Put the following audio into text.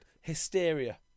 hysteria